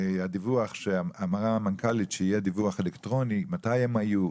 והדיווח אמרה המנכ"לית שיהיה דיווח אלקטרוני מתי הם היו,